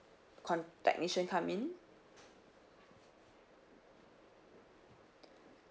con~ technician come in